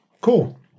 Cool